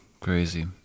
Crazy